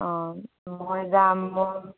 অঁ মই যাম মই